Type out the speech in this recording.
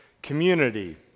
community